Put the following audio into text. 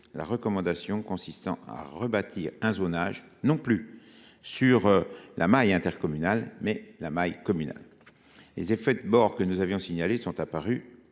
la recommandation consistant à rebâtir un zonage à la maille non plus intercommunale, mais communale. Les effets de bord que nous avions signalés sont apparus.